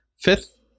fifth